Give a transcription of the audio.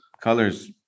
Colors